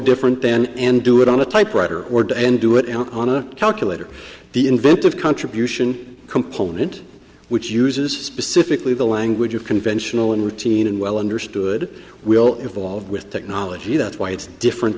different then an do it on a typewriter or do n do it on a calculator the inventive contribution component which uses specifically the language of conventional and routine and well understood we all evolve with technology that's why it's different